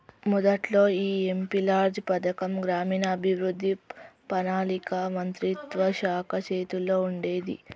మొదట్లో ఈ MP LADS పథకం గ్రామీణాభివృద్ధి పణాళిక మంత్రిత్వ శాఖ చేతుల్లో ఉండేది